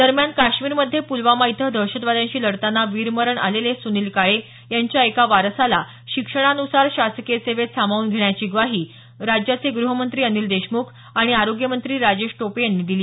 दरम्यान काश्मीरमध्ये पूलवामा इथं दहशतवाद्यांशी लढताना वीरमरण आलेले सुनील काळे यांच्या एका वारसाला शिक्षणानुसार शासकीय सेवेत सामावून घेण्याची ग्वाही राज्याचे गृहमंत्री अनिल देशमुख आणि आरोग्य मंत्री राजेश टोपे यांनी दिली